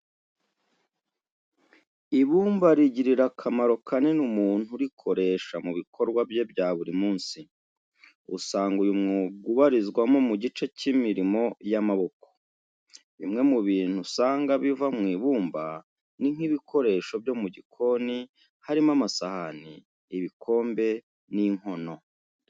Ibumba rigirira akamaro kanini umuntu urikoresha mu bikorwa bye bya buri munsi. Usanga uyu mwuga ubarizwa mu gice cy'imirimo y'amaboko. Bimwe mu bintu usanga biva mu ibumba ni nk'ibikoresho byo mu gikoni harimo amasahani, ibikombe n'inkono.